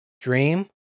dream